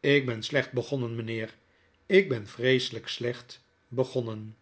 ik ben slecht begonnen mynheer ik ben vreeseljjk slecht begonnen